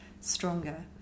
stronger